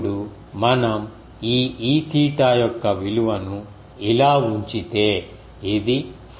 కాబట్టి ఇప్పుడు మనం ఈ Eθ యొక్క విలువను ఇలా ఉంచితే ఇది 4